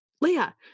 Leah-